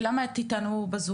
ולמה את אתנו בזום?